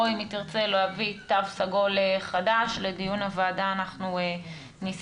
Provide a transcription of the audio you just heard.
או אם היא תרצה להביא תו סגול חדש לדיון הוועדה אנחנו נשמח.